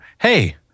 hey